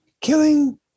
killing